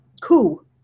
coup